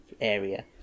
area